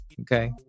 okay